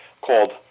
called